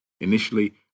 Initially